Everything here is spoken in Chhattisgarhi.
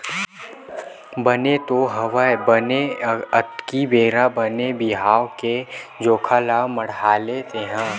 बने तो हवय बने अक्ती बेरा बने बिहाव के जोखा ल मड़हाले तेंहा